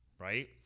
right